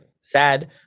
sad